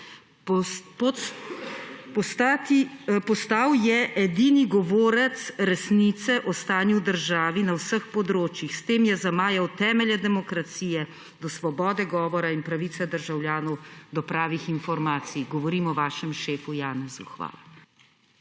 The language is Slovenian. Postal je edini govorec resnice o stanju v državi na vseh področjih. S tem je zamajal temelje demokracije do svobode govora in pravice državljanov do pravih informacij.« Govorim o vašem šefu Janezu. Hvala.